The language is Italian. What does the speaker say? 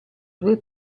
due